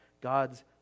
God's